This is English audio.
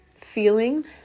feeling